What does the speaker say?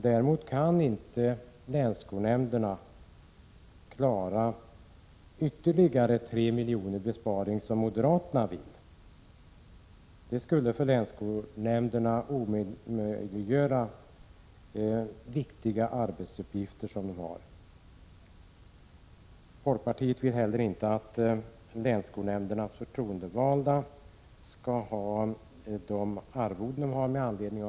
Däremot kan inte länsskolnämnderna klara besparingar på ytterligare 3 milj.kr. som moderaterna vill. Det skulle omöjliggöra viktiga arbetsuppgifter för länsskolnämnderna. Folkpartiet vill heller inte att länsskolnämndernas förtroendevalda ledamöter skall ha oförändrade arvoden.